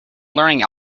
learning